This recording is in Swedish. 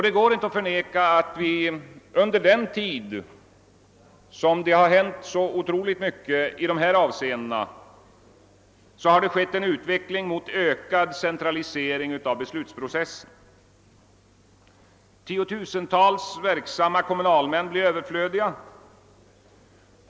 Det kan inte förnekas att det under den tid som det inträffat så mycket i dessa avseenden också ägt rum en utveckling mot ökad centralisering av beslutsprocessen. Tiotusentals verksamma kommunalmän blir överflödiga.